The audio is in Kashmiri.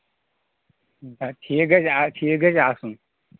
ٹھیٖک گژھِ آ ٹھیٖک گژھِ آسُن